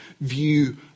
view